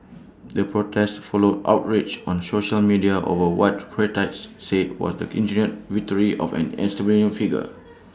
the protest followed outrage on social media over what critics say was the engineered victory of an figure